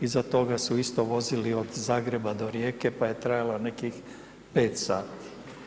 Iza toga su isto vozili od Zagreba do Rijeke pa je trajala nekih 5 sati.